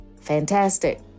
Fantastic